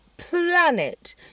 Planet